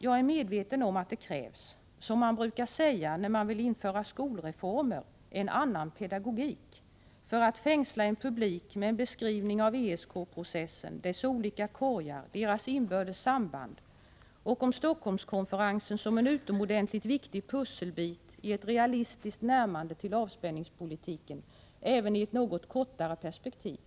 Jag är medveten om att det krävs en annan pedagogik, som man brukar säga när man vill införa skolreformer, för att fängsla en publik med en beskrivning av ESK-processen, dess olika korgar och deras inbördes samband och av Stockholmskonferensen som en utomordentligt viktig pusselbit i ett realistiskt närmande till avspänningspolitiken även i ett något kortare perspektiv.